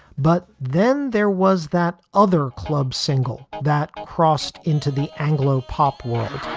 but then there was that other clubs single that crossed into the anglo pop world